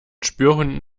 spürhunden